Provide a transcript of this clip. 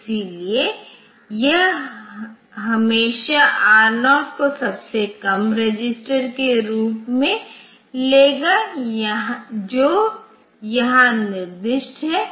इसलिए यह हमेशा R0 को सबसे कम रजिस्टर के रूप में लेगा जो यहां निर्दिष्ट है